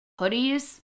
hoodies